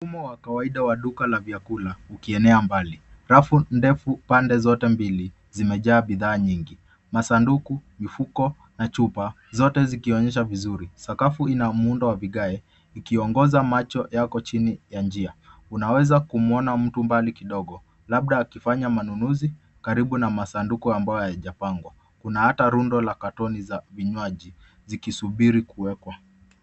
Mfumo wa kawaida wa duka la vyakula ukienea mbali. Rafu ndefu pande zote mbili zimejaa bidhaa nyingi. Masanduku, mifuko na chupa zote zikionyesha vizuri. Sakafu ina muundo wa vigae ukiongoza macho yako chini ya njia. Unaweza kumwona mtu mbali kidogo labda akifanya manunuzi karibu na masanduku ambayo hayajapangwa na hata rundo za katoni za vinywaji zikisubiri kuwekwa.